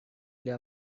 для